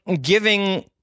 giving